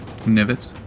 Nivets